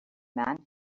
man